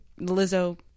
Lizzo